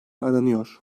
aranıyor